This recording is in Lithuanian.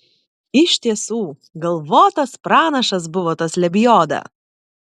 iš tiesų galvotas pranašas buvo tas lebioda